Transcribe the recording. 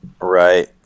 Right